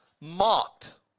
mocked